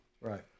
Right